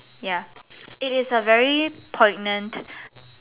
ya it is a very poignant